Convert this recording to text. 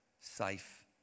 safe